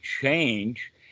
change